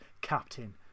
Captain